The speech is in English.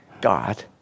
God